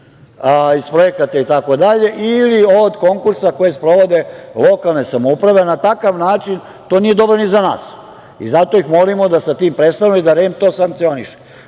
iz projekata itd. ili od konkursa koje sprovode lokalne samouprave. To nije dobro ni za nas. Zato ih molimo da sa tim prestanu i da REM to sankcioniše. Na